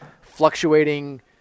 fluctuating